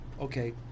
Okay